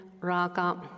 raga